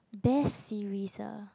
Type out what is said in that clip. best series ah